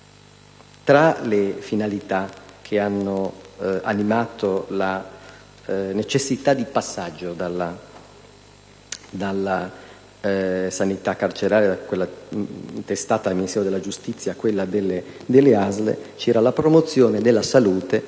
Tra le finalità che hanno animato la necessità di passaggio della sanità carceraria dal Ministero della giustizia alle ASL c'era la promozione della salute